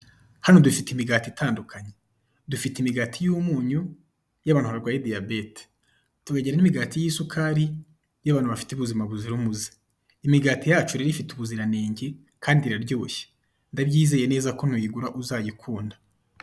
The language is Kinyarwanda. Hano dufite imigati itandukanye dufite imigati y'umunyu y'abantu barwaye diyabete tukagira n'imigati y'isukari y'abantu bafite ubuuzima buzira umuze. Imigati yacu rero ifite ubuziranenge kandi iraryoshye ndabyizeye ko nuyigura uri uzayikunde.